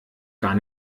gar